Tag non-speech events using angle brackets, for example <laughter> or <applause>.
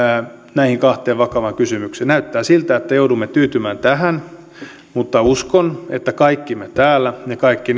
näihin kahteen vakavaan kysymykseen näyttää siltä että joudumme tyytymään tähän mutta uskon että kaikki me täällä ja kaikki <unintelligible>